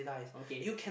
okay